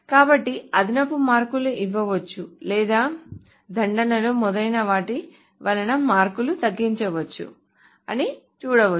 కాబట్టి అదనపు మార్కులు ఇవ్వవచ్చు లేదా దండనలు మొదలైన వాటి వలన మార్కులు తగ్గించవచ్చు అని చూడవచ్చు